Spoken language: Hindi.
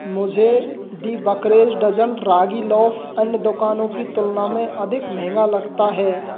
मुझे the bakery's dozen ragi loaf अन्य दुकानों की तुलना में अधिक महंगा लगता है